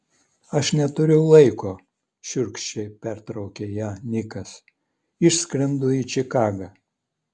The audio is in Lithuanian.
aš neturiu laiko šiurkščiai pertraukė ją nikas išskrendu į čikagą